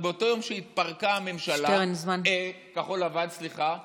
באותו יום שהתפרקה כחול לבן, שטרן,